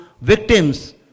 victims